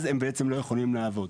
אז הם בעצם לא יכולים לעבוד.